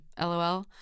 LOL